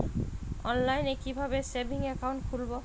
অনলাইনে কিভাবে savings account খুলবো?